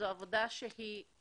זו עבודה שהיא